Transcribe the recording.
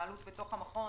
והתנהלות בתוך המכון,